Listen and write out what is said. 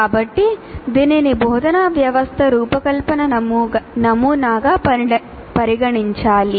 కాబట్టి దీనిని బోధనా వ్యవస్థ రూపకల్పన నమూనాగా పరిగణించాలి